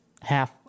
half